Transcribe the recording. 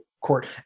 Court